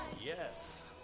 Yes